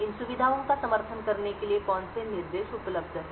इन सुविधाओं का समर्थन करने के लिए कौन से निर्देश उपलब्ध हैं